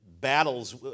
battles